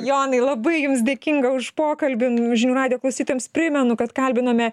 jonai labai jums dėkinga už pokalbį žinių radijo klausytojams primenu kad kalbinome